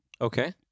Okay